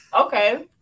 Okay